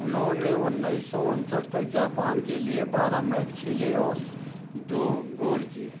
उन्होंने उन्नीस सौ उनसठ तक जापान के लिए बारह मैच खेले और दो गोल किए